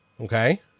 Okay